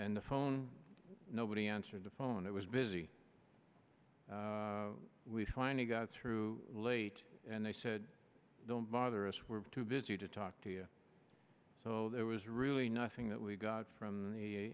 and the phone nobody answered the phone it was busy we finally got through eight and they said don't bother us we're too busy to talk to you so there was really nothing that we got from the